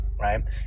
Right